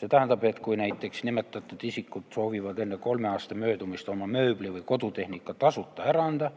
See tähendab, et kui näiteks nimetatud isikud soovivad enne kolme aasta möödumist oma mööbli või kodutehnika tasuta ära anda,